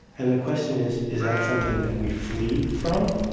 and the question is, is that something that we flee from,